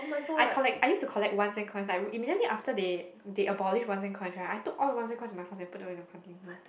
I collect I used to collect one sen coin then immediately after that there a boorish one sen coin I took all one sen coin in my hospitality in a container